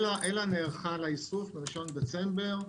אל"ה נערכה לאיסוף ב-1 בדצמבר.